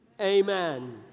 Amen